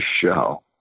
show